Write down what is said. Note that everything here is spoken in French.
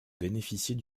bénéficier